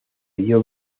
dio